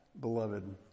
beloved